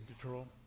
control